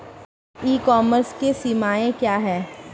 ई commerce की सीमाएं क्या हैं?